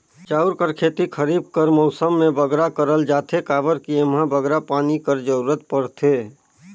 चाँउर कर खेती खरीब कर मउसम में बगरा करल जाथे काबर कि एम्हां बगरा पानी कर जरूरत परथे